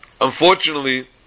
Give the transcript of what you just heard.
unfortunately